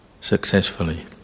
successfully